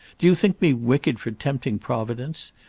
do you think me wicked for tempting providence?